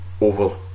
over